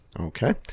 Okay